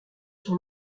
son